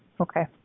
Okay